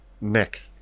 Nick